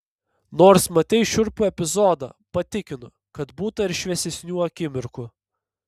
nors matei šiurpų epizodą patikinu kad būta ir šviesesnių akimirkų